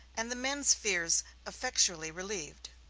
and the men's fears effectually relieved.